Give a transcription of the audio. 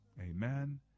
amen